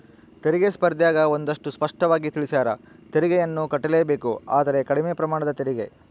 ತೆರಿಗೆ ಸ್ಪರ್ದ್ಯಗ ಒಂದಷ್ಟು ಸ್ಪಷ್ಟವಾಗಿ ತಿಳಿಸ್ಯಾರ, ತೆರಿಗೆಯನ್ನು ಕಟ್ಟಲೇಬೇಕು ಆದರೆ ಕಡಿಮೆ ಪ್ರಮಾಣದ ತೆರಿಗೆ